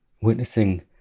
Witnessing